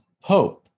hope